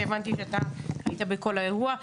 כי הבנתי שהיית בכל האירוע.